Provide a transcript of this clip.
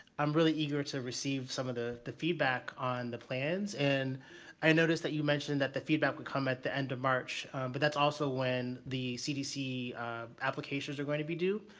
i'm really eager to receive some of the the feedback on the plans and i notice that you mention med that the feedback would come at the end of march but that's also when the cdc applications are going to be due.